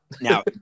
Now